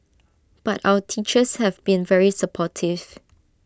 but our teachers have been very supportive